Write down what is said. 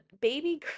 baby